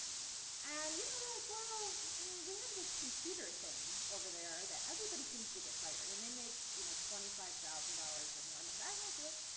and you know they're like, well, i mean we have this computer thing over there that everybody seems to get hired, and they make you know twenty five thousand dollars or more. i'm like that will do it.